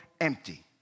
empty